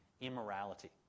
immorality